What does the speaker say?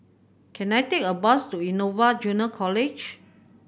can I take a bus to Innova Junior College